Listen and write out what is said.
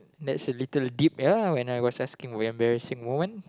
that's a little deep ya when I was asking embarrassing moment